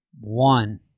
One